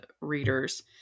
readers